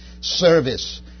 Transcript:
Service